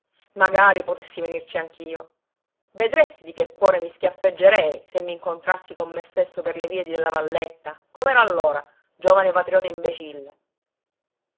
magari potessi venirci anch'io vedresti di che cuore mi schiaffeggerei se m'incontrassi con me stesso per le vie de la valletta com'ero allora giovane patriota imbecille